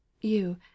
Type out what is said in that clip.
You